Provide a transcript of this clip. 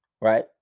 right